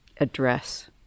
address